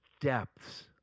depths